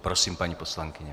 Prosím, paní poslankyně.